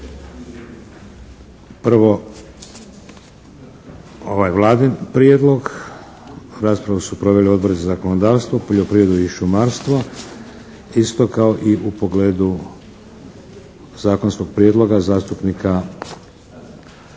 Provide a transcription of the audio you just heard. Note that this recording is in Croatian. Prvo ovaj Vladin prijedlog. Raspravu su proveli Odbori za zakonodavstvo, poljoprivredu i šumarstvo isto kao i u pogledu zakonskog prijedloga zastupnika Kolara